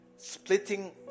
Splitting